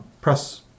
press